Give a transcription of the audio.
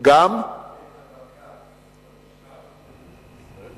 גם בית-הבקר נקרא בית.